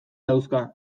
dauzka